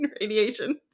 radiation